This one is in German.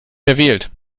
verwählt